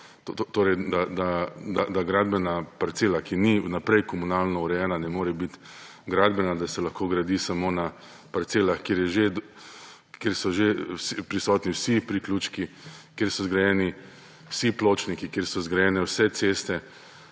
da gradbena parcela, ki ni vnaprej komunalno urejena, ne more biti gradbena, da se lahko gradi samo na parcelah, kjer so že prisotni vsi priključki, kjer so zgrajeni vsi pločniki, kjer so zgrajene vse ceste,